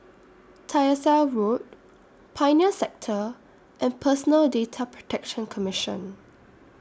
Tyersall Road Pioneer Sector and Personal Data Protection Commission